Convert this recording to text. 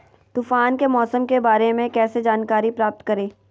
तूफान के मौसम के बारे में कैसे जानकारी प्राप्त करें?